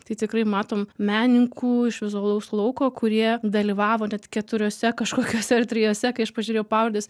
tai tikrai matom menininkų iš vizualaus lauko kurie dalyvavo net keturiose kažkokiose ar trijose kai aš pažiūrėjau pavardes